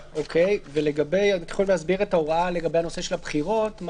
את יכולה להסביר את ההוראה לגבי הנושא של הבחירות?